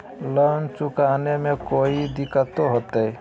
Loan चुकाने में कोई दिक्कतों होते?